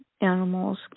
animals